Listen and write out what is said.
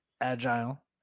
agile